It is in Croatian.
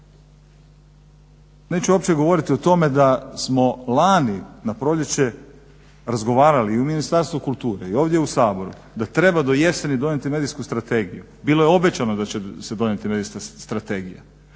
Neću uopće govoriti o tome da smo lani na proljeće razgovarali i u Ministarstvu kulture i ovdje u Saboru da treba do jeseni donijeti medijsku strategiju. Bilo je obećano da će se donijeti medijska strategija,